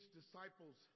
disciples